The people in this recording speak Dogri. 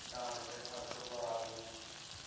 डाह्नै च अग्ग बालनी